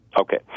Okay